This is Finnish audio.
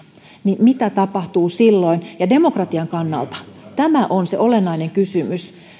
niin mitä tapahtuu silloin demokratian kannalta tämä on se olennainen kysymys